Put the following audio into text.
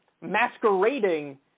masquerading